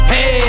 Hey